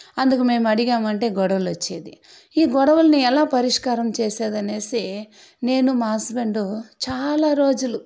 అందుకు మేము అడిగామంటే గొడవలు వచ్చేది ఈ గొడవల్ని ఎలా పరిష్కారం చేసేదనేసి అంటే నేను మా హస్బెండు చాలా రోజులు